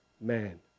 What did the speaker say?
man